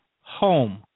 home